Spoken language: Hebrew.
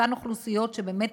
אותן אוכלוסיות שבאמת